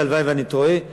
והלוואי שאני טועה,